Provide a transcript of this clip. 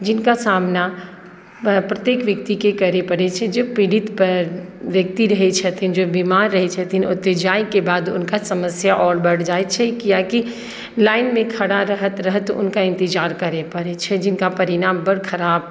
जिनका सामना प्रत्येक व्यक्तिके करय पड़ैत छै जे पीड़ित व्यक्ति रहैत छथिन जे बिमार रहैत छथिन ओतय जाइके बाद हुनका समस्या आओर बढ़ि जाइत छै कियाकि लाइनमे खड़ा रहैत रहैत हुनका इन्तजार करय पड़ैत छै जिनका परिणाम बड्ड खराब